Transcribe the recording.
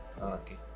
okay